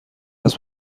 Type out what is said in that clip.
است